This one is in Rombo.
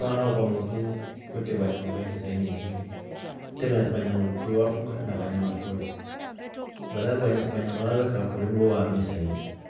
Haa kwamotru kwetre vanyama va disaini ivili kwetre vanyama twefuga na vanyama pori, vanyama valya vekaa pori ve vaami saidi